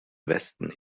westen